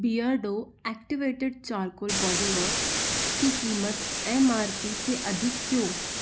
Beardo activated charcoal body wash की कीमत M R P से अधिक क्यों